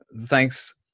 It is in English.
thanks